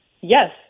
Yes